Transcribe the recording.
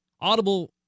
Audible